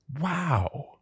Wow